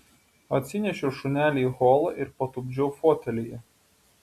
atsinešiau šunelį į holą ir patupdžiau fotelyje